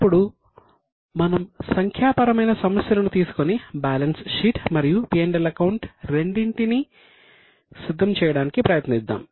ఇప్పుడు మనం సంఖ్యాపరమైన సమస్యలను తీసుకొని బ్యాలెన్స్ షీట్ మరియు P L అకౌంట్ రెండింటినీ సిద్ధం చేయడానికి ప్రయత్నిద్దాం